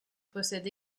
possède